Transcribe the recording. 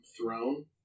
throne